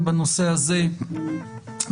ובנושא הזה בפרט.